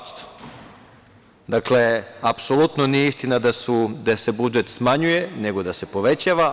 Dakle, apsolutno nije istina da se budžet smanjuje, nego da se povećava.